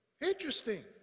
Interesting